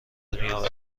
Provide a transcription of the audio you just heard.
میآورد